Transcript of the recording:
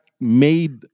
made